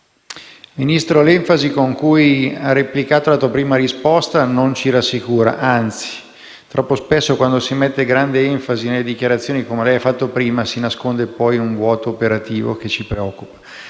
Ministro, l'enfasi con cui ha dato questa prima risposta non ci rassicura; anzi: troppo spesso, quando si mette grande enfasi nelle dichiarazioni, come lei ha fatto, si nasconde poi un vuoto operativo che ci preoccupa.